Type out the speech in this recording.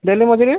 daily ମଜୁରି